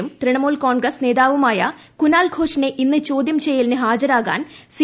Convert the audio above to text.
യും തൃണമൂൽ കോൺഗ്രസ് നേതാവുമായ കുനാൽഘോഷിനെ ഇന്ന് ചോദൃം ചെയ്യലിന് ഹാജരാകാൻ സി